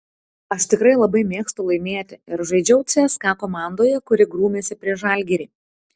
aš tikrai labai mėgstu laimėti ir žaidžiau cska komandoje kuri grūmėsi prieš žalgirį